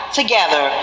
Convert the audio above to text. together